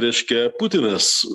reiškia putinas